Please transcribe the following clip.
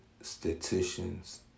statisticians